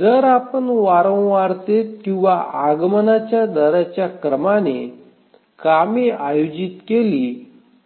जर आपण वारंवारतेत किंवा आगमनाच्या दराच्या क्रमाने कामे आयोजित केली